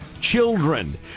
children